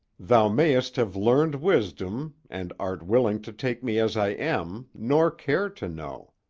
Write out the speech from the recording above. thou mayest have learned wisdom, and art willing to take me as i am, nor care to know.